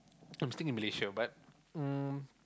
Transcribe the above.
I'm staying in Malaysia but um